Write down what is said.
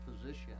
position